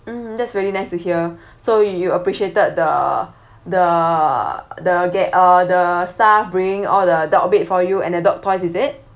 mm that's really nice to hear so you appreciated the the the gue~ uh the staff bringing all the dog bed for you and the dog toys is it